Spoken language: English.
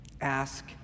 Ask